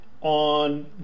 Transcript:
on